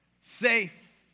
safe